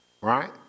right